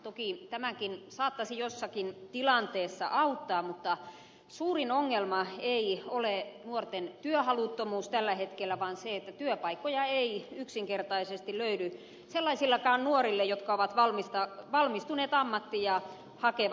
toki tämäkin saattaisi jossakin tilanteessa auttaa mutta suurin ongelma ei ole nuorten työhaluttomuus tällä hetkellä vaan se että työpaikkoja ei yksinkertaisesti löydy sellaisillekaan nuorille jotka ovat valmistuneet ammattiin ja hakevat aktiivisesti työtä